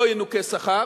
לא ינוכה שכר.